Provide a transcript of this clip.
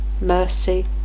mercy